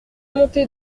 montée